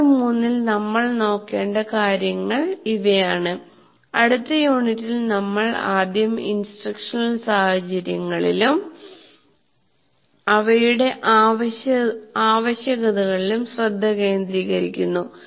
module 3 ൽ നമ്മൾ നോക്കേണ്ട കാര്യങ്ങൾ ഇവയാണ് അടുത്ത യൂണിറ്റിൽ നമ്മൾ ആദ്യം ഇൻസ്ട്രക്ഷണൽ സാഹചര്യങ്ങളിലും അവയുടെ ആവശ്യകതകളിലും ശ്രദ്ധ കേന്ദ്രീകരിക്കുന്നു